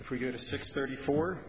if we get to six thirty four